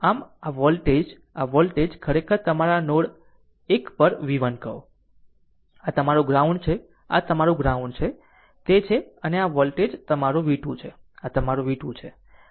આમ આ વોલ્ટેજ આ વોલ્ટેજ ખરેખર તમારાને નોડ 1 પર v1 કહો આ તે તમારું ગ્રાઉન્ડ છે આ તે તમારું ગ્રાઉન્ડ છે તે છે અને આ વોલ્ટેજ તમારું v2 છે આ તમારું v2 છે